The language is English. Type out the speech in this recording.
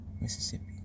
Mississippi